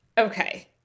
Okay